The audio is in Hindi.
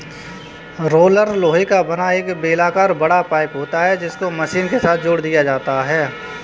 रोलर लोहे का बना एक बेलनाकर बड़ा पाइप होता है जिसको मशीन के साथ जोड़ दिया जाता है